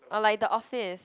or like the office